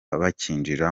bakinjira